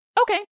Okay